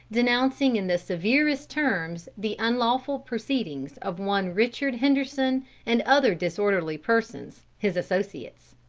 denouncing in the severest terms the unlawful proceedings of one richard henderson and other disorderly persons, his associates.